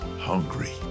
hungry